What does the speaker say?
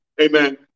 amen